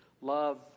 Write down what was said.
Love